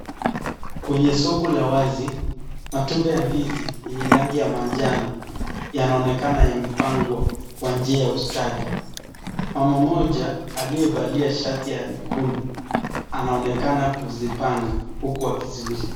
Kwenye soko la wazi matunda ya ndizi lenye rangi ya manjano yanaonekana yamepangwa kwa njia ya ustadi. Mama mmoja aliyevaa shati ya nyekundu anaonekana kuzipanga huku akiziuza.